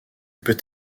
peut